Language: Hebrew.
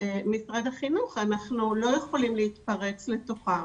משרד החינוך אנחנו לא יכולים להתפרץ לתוכם,